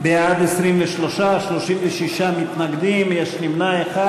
בעד, 23, 36 מתנגדים, יש נמנע אחד.